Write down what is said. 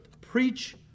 preach